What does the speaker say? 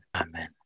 Amen